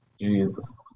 Jesus